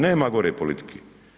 Nema gore politike.